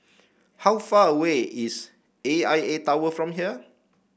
how far away is A I A Tower from here